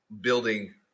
building